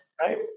right